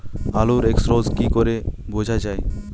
আলুর এক্সরোগ কি করে বোঝা যায়?